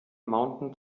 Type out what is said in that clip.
mountain